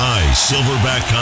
Silverback